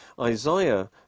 Isaiah